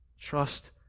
Trust